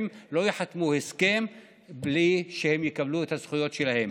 הם לא יחתמו הסכם בלי שהם יקבלו את הזכויות שלהם,